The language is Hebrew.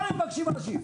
מה מבקשים אנשים?